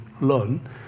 learn